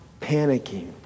panicking